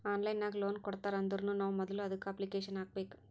online ನಾಗ್ loan ಕೊಡ್ತಾರ್ ಅಂದುರ್ನು ನಾವ್ ಮೊದುಲ ಅದುಕ್ಕ ಅಪ್ಲಿಕೇಶನ್ ಹಾಕಬೇಕ್